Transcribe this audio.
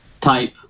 type